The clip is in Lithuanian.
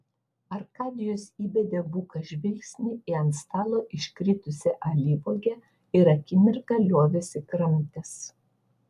arkadijus įbedė buką žvilgsnį į ant stalo iškritusią alyvuogę ir akimirką liovėsi kramtęs